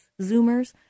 zoomers